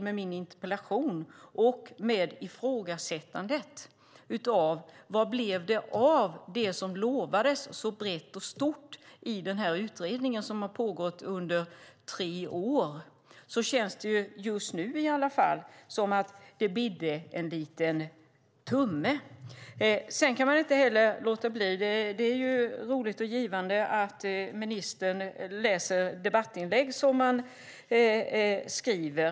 Med min interpellation vill jag ifrågasätta vad det blev av det som lovades så brett och stort i den här utredningen som har pågått under tre år. Just nu känns det i alla fall som att det bidde en liten tumme. Det är ju roligt och givande att ministern läser debattinlägg som man skriver.